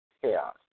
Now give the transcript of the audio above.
chaos